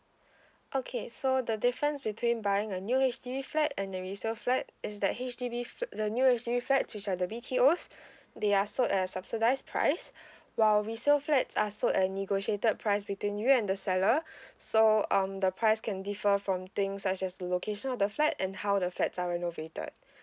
okay so the difference between buying a new H_D_B flat and a resale flat is that H_D_B fl~ the new H_D_B flat which are the B_T_Os they are sort uh subsidise price while resale flats are sort a negotiated price between you and the seller so um the price can differ from thing such as the location of the flat and how the flats are renovated